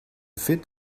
fit